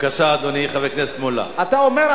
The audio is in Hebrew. אתה אומר,